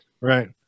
Right